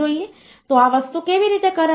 તો આ વસ્તુ કેવી રીતે કરવી